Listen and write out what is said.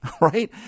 right